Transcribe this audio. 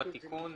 עם התיקון,